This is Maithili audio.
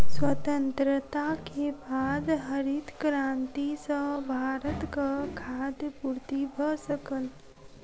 स्वतंत्रता के बाद हरित क्रांति सॅ भारतक खाद्य पूर्ति भ सकल